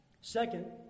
Second